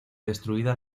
destruida